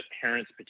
parents